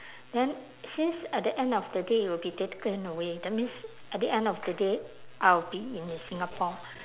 then since at the end of the day it will be taken away that means at the end of the day I will be in singapore